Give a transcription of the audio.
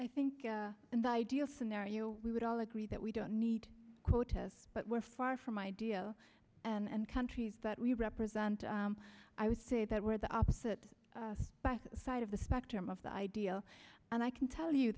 i think in the ideal scenario we would all agree that we don't need protests but we're far from idea and countries that we represent i would say that we're the opposite side of the spectrum of the idea and i can tell you